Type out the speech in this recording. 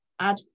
Add